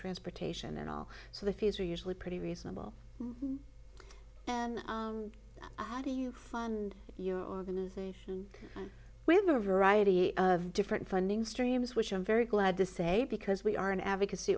transportation and all so the fees are usually pretty reasonable and how do you fund your organization we have a variety of different funding streams which i'm very glad to say because we are an advocacy